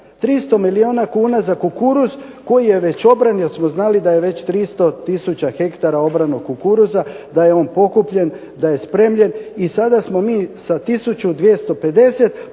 300 milijuna kuna za kukuruz koji je već obran jer smo znali da je 300 tisuća hektara obranog kukuruza, da je on pokupljen, da je spremljen i sada smo mi sa tisuću